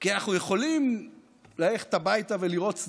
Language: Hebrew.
אנחנו יכולים ללכת הביתה ולראות סדרות,